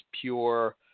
pure